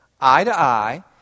eye-to-eye